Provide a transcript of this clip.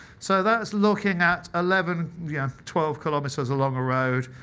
so that's looking at eleven, yeah twelve kilometers along a road,